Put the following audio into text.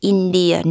India